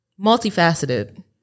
multifaceted